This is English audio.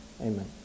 Amen